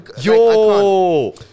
Yo